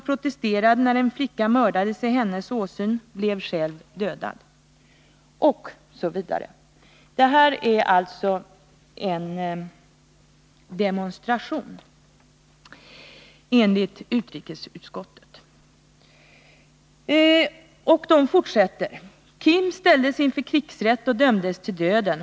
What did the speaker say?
Detta var alltså en ”demonstration” enligt utrikesutskottet, som skriver: ”Kim ställdes inför krigsrätt och dömdes till döden.